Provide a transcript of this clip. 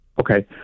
Okay